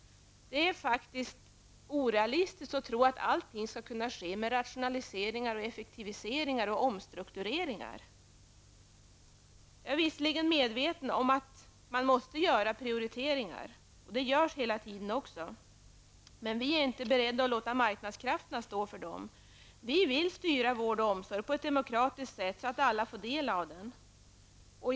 Det är orealistiskt att tro att allt skall kunna ske med rationaliseringar, effektiviseringar och omstruktureringar. Jag är visserligen medveten om att man alltid måste göra prioriteringar, och det görs hela tiden. Vi är dock inte beredda att låta marknadskrafterna stå för dem. Vi vill styra vård och omsorg på ett demokratiskt sätt, så att alla får del därav.